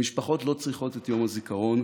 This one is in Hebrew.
המשפחות לא צריכות את יום הזיכרון,